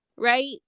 right